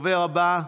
הדובר הבא,